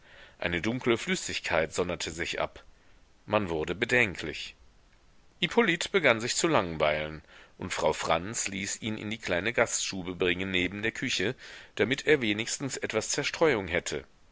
eine dunkle flüssigkeit sonderte sich ab man wurde bedenklich hippolyt begann sich zu langweilen und frau franz ließ ihn in die kleine gaststube bringen neben der küche damit er wenigstens etwas zerstreuung hätte